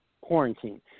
quarantine